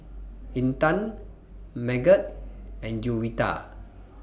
Intan Megat and Juwita